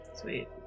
Sweet